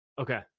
Okay